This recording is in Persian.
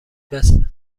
بسه